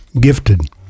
gifted